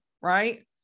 right